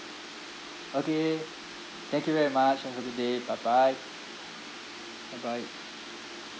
okay thank you very much have a good day bye bye bye bye